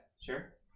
Sure